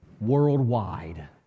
Worldwide